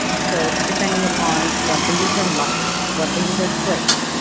so depending upon what the user likes, what the user clicks,